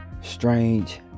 strange